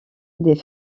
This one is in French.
des